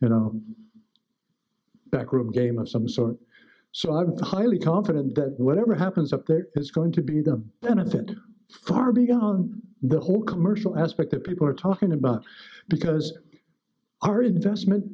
you know backroom game of some sort so i'm highly confident that whatever happens up there is going to be the benefit far beyond the whole commercial aspect that people are talking about because our investment